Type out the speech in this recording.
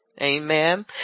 Amen